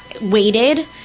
waited